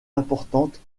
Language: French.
importantes